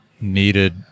needed